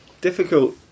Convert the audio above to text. Difficult